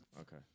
Okay